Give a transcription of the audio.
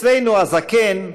אצלנו הזקן,